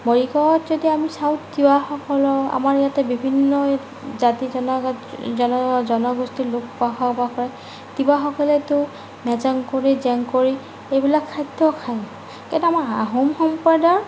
মৰিগাঁৱত যদি আমি চাওঁ তিৱাসকলৰ আমাৰ ইয়াতে বিভিন্ন জাতি জনগোষ্ঠীৰ লোক বসবাস কৰে তিৱাসকলেতো মেজেংকৰি জেংকৰি এইবিলাক খাদ্য খায় ইয়াত আমাৰ আহোম সম্প্ৰদায়ৰ